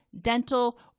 dental